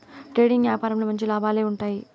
trading యాపారంలో మంచి లాభాలే ఉంటాయి